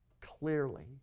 clearly